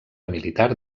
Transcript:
militar